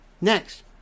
Next